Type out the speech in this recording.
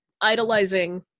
idolizing